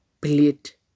plate